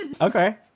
Okay